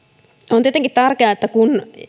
on tietenkin tärkeää että kun